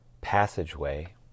Passageway